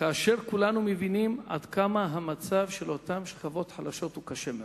וכולנו מבינים עד כמה המצב של אותן שכבות חלשות קשה מאוד.